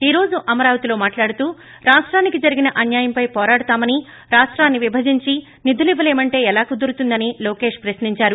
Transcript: ఈ రోజు అమరావతిలో మాట్లాడుతూ రాష్టానికి జరిగిన అన్యాయంపై పోరాడతామని రాష్టాన్ని విభజించి నిధులివ్వలేమంటే ఎలా కుదురుతుందని లోకేష్ ప్రశ్నించారు